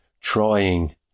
trying